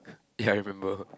ya I remember